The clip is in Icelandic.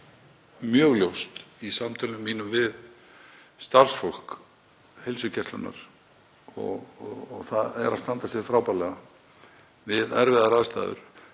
mjög ljóst í samtölum mínum við starfsfólk heilsugæslunnar og það er að það stendur sig frábærlega við erfiðar aðstæður.